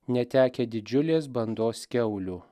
netekę didžiulės bandos kiaulių